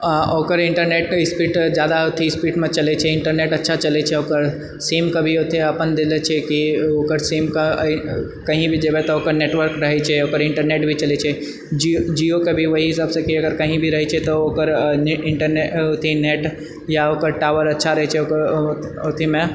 ओकर internet speed जादा अथि स्पीडमे चलैछे इन्टरनेट अच्छा चलै छै ओकर सिमके भी अथि अपन देलै छै कि ओकर सिमके कहि भी जेबए तऽ ओकर नेटवर्क रहैछै ओहिपर इन्टरनेट भी चलैछै जिओ जिओ केभी ओएह सबसँ कहै कही भी रहैछै तऽ ओकर नेट इन्टरनेट अथि नेट या ओकर टॉवर अच्छा रहैछे ओकर अथिमे